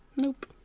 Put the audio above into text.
Nope